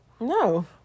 No